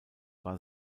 war